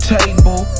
table